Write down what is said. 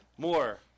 more